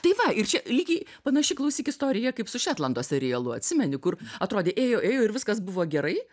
tai va ir čia lygiai panaši klausyk istorija kaip su šetlando serialu atsimeni kur atrodė ėjo ėjo ir viskas buvo gerai